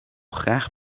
graag